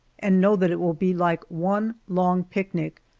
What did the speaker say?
and know that it will be like one long picnic,